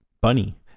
bunny